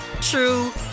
true